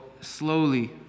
slowly